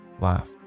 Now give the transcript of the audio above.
laugh